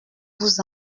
vous